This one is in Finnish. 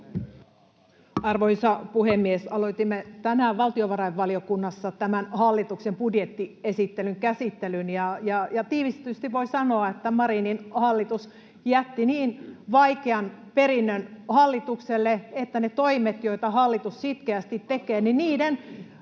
Arvoisa puhemies! Aloitimme tänään valtiovarainvaliokunnassa tämän hallituksen budjettiesittelyn käsittelyn, ja tiivistetysti voi sanoa, että Marinin hallitus jätti niin vaikean perinnön hallitukselle, että niiden toimien, joita hallitus sitkeästi tekee,